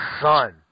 son